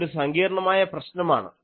അതൊരു സങ്കീർണ്ണമായ പ്രശ്നമാണ്